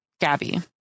Gabby